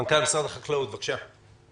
מנכ"ל משרד החקלאות, בבקשה.